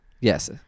Yes